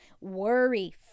worry